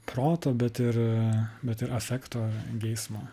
proto bet ir bet ir afekto geismo